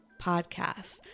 podcast